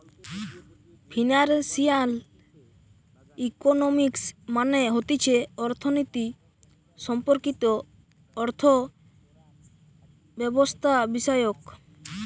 financial economics মানে হতিছে অর্থনীতি সম্পর্কিত অর্থব্যবস্থাবিষয়ক